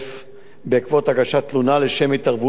בעקבות הגשת תלונה, לשם התערבות אפקטיבית,